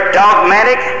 dogmatic